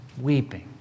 Weeping